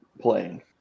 playing